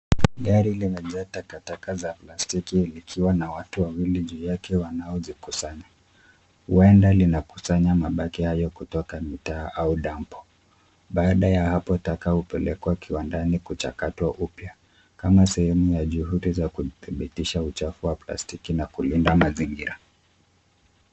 Gari limejaa takataka za plastiki likiwa na watu wawili juu yake wanaozikusanya, huenda linakusanya mabaki hayo kutoka mitaa au dampo. Baada ya hapo taka hupelekwa kiwandani kuchakatwa upya kama sehemu ya juhudi za kudhibitisha uchafu wa plastiki na kulinda mazingira.